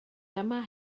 dyma